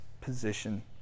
position